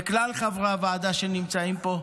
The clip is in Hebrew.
וכלל חברי הוועדה שנמצאים פה,